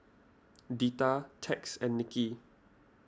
Deetta Tex and Nicky